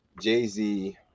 Jay-Z